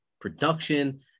production